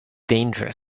dangerous